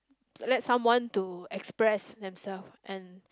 let someone to express them self and